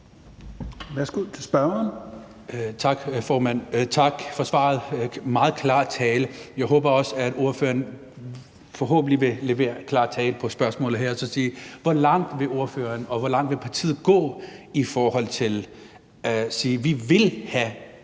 Tak for svaret.